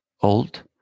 old